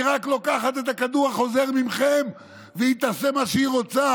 היא לוקחת את הכדור החוזר מכם והיא תעשה מה שהיא רוצה,